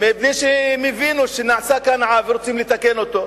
מפני שהם הבינו שנעשה כאן עוול שצריך לתקן אותו.